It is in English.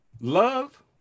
love